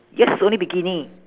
yours is only bikini